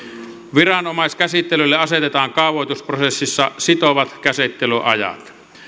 viranomaiskäsittelylle asetetaan kaavoitusprosessissa sitovat käsittelyajat